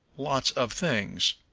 lots of things.